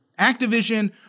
Activision